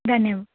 ಧನ್ಯಮ್